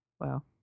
Wow